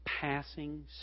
passing